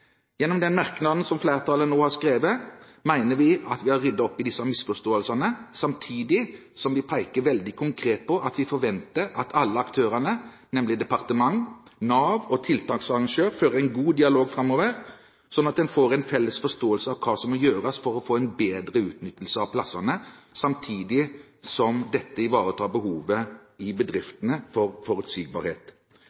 Gjennom den merknaden som flertallet nå har skrevet, mener vi at vi har ryddet opp i disse misforståelsene, samtidig som vi peker veldig konkret på at vi forventer at alle aktørene, nemlig departement, Nav og tiltaksarrangør, fører en god dialog framover, slik at en får en felles forståelse av hva som må gjøres for å få en bedre utnyttelse av plassene, samtidig som dette ivaretar behovet i